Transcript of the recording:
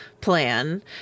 plan